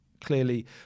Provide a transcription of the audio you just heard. clearly